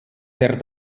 der